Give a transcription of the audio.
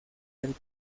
del